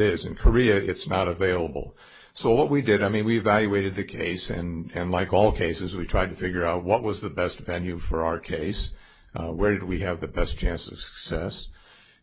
is in korea it's not available so what we did i mean we evaluated the case and like all cases we tried to figure out what was the best venue for our case where did we have the best chances says